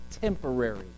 temporary